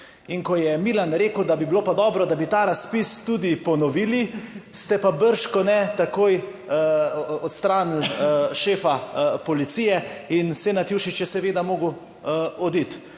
In ko je Milan rekel, da bi bilo pa dobro, da bi ta razpis tudi ponovili, ste pa bržkone takoj odstranili šefa policije in Senad Jušić je seveda moral oditi.